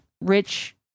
rich